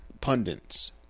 Pundits